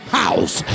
house